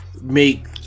make